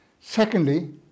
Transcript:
Secondly